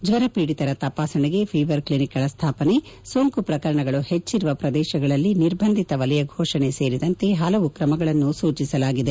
ಜ್ಲರ ಪೀದಿತರ ತಪಾಸಣೆಗೆ ಫಿವರ್ ಕ್ಷಿನಿಕ್ಗಳ ಸ್ಣಾಪನೆ ಸೋಂಕು ಪ್ರಕರಣಗಳು ಹೆಚ್ಚಿರುವ ಪ್ರದೇಶಗಳಲ್ಲಿ ನಿರ್ಬಂಧಿತ ವಲಯ ಘೋಷಣೆ ಸೇರಿದಂತೆ ಹಲವು ಕ್ರಮಗಳನ್ನು ಸೂಚಿಸಲಾಗಿದೆ